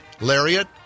Lariat